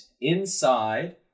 inside